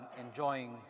enjoying